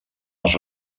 els